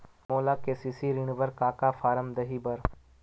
मोला के.सी.सी ऋण बर का का फारम दही बर?